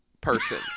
person